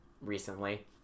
recently